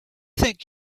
think